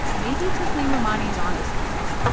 maybe tasleem rehmani is onto something.